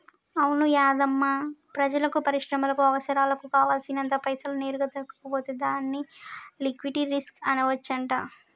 అవును యాధమ్మా ప్రజలకు పరిశ్రమలకు అవసరాలకు కావాల్సినంత పైసలు నేరుగా దొరకకపోతే దాన్ని లిక్విటీ రిస్క్ అనవచ్చంట